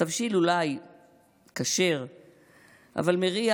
התבשיל אולי כשר אבל מריח,